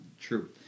True